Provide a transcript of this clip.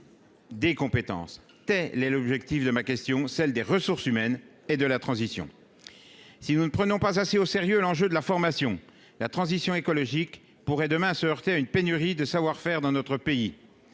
des compétences, telle est l'objectif de ma question, celle des ressources humaines et de la transition, si nous ne prenons pas assez au sérieux, l'enjeu de la formation, la transition écologique pourrait demain se heurter à une pénurie de savoir-faire dans notre pays